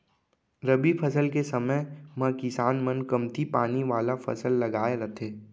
रबी फसल के समे म किसान मन कमती पानी वाला फसल लगाए रथें